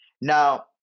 Now